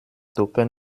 dopen